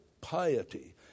piety